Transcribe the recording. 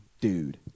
dude